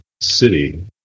city